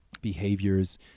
behaviors